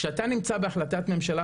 כשאתה נמצא בהחלטת ממשלה,